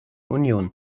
union